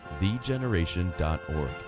thegeneration.org